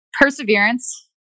perseverance